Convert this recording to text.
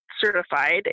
certified